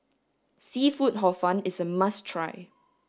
seafood hor fun is a must try